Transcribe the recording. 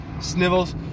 Snivels